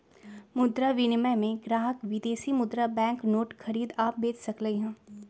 मुद्रा विनिमय में ग्राहक विदेशी मुद्रा बैंक नोट खरीद आ बेच सकलई ह